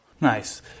nice